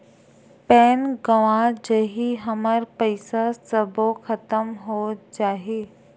Pan गंवा जाही हमर पईसा सबो खतम हो जाही?